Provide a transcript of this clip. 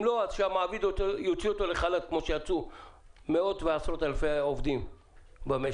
אם לא אז שהמעביד יוציא אותו לחל"ת כפי שיצאו מאות אלפי עובדים במשק.